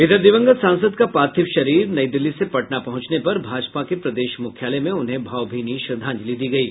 इधर दिवंगत सांसद का पार्थिव शरीर नई दिल्ली से पटना पहुंचने पर भाजपा के प्रदेश मुख्यालय में उन्हें भावभीनी श्रद्धांजलि दी गयी